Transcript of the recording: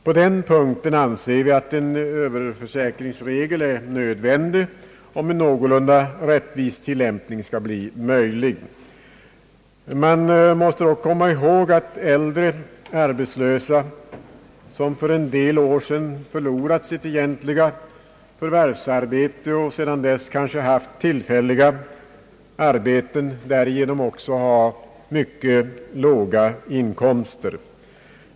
På den punkten anser vi att en överförsäkringsregel är nödvändig, om någorlunda rättvisa skall bli möjlig. Man måste dock komma ihåg att äldre arbetslösa, som för en del år sedan förlorat sitt egentliga förvärvsarbete och sedan dess kanske haft tillfälliga arbeten, därigenom också fått mycket låga inkomster.